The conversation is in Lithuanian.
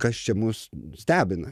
kas čia mus stebina